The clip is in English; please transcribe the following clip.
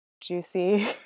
juicy